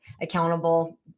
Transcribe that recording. accountable